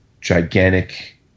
gigantic